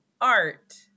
art